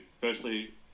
firstly